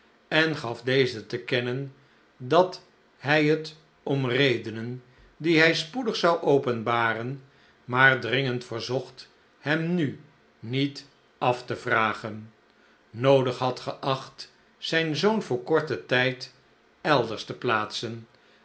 en gaf dezen te kennen dat hij het om redenen die hij spoedig zou openbaren maar dringend verzocht hem nu nietaftevragen noodig had geacht zijn zoon voor korten tijd elders te plaatsen